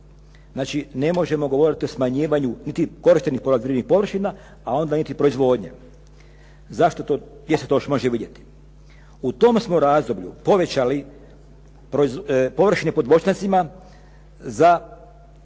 Znači ne možemo govoriti o smanjivanju i tih korištenih poljoprivrednih površina a onda niti proizvodnje. Zašto to, gdje se to još može vidjeti. U tom smo razdoblju povećali površine pod voćnjacima, za